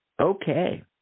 Okay